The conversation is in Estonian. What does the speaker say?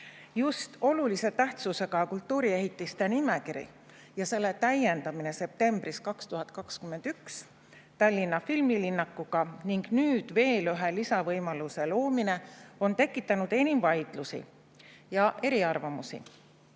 Just olulise tähtsusega kultuuriehitiste nimekiri, selle täiendamine septembris 2021. aastal Tallinna filmilinnakuga ning nüüd veel ühe lisavõimaluse loomine on tekitanud enim vaidlusi ja eriarvamusi.